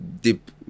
deep